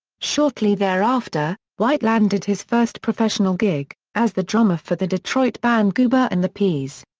shortly thereafter, white landed his first professional gig, as the drummer for the detroit band goober and the peas.